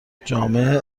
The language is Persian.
جامعه